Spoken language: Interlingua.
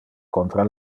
contra